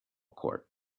court